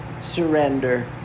Surrender